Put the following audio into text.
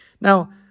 Now